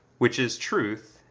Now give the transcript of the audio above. which is truth,